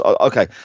Okay